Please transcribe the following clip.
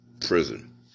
prison